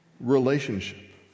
relationship